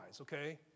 okay